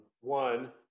One